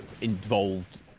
involved